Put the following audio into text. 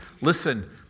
Listen